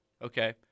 Okay